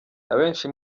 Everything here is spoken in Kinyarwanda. abenshi